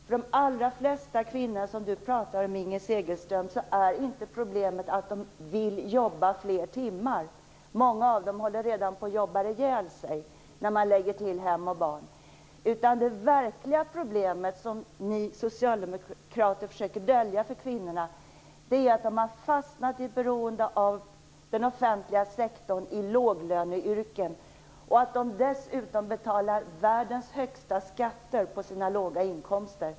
För de allra flesta kvinnor som Inger Segelström talar om är inte problemet att de vill jobba fler timmar. Många av dem håller redan på att jobba ihjäl sig, när man lägger till hem och barn. Det verkliga problem som ni socialdemokrater försöker dölja för kvinnorna är att de har fastnat i ett beroende av den offentliga sektorn i låglöneyrken. Dessutom betalar de världens högsta skatter på sina låga inkomster.